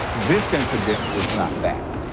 this incident was not that.